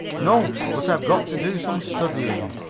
no, but i've got to do some studying.